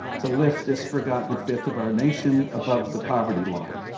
to lift this forgotten fifth of our nation above the poverty line.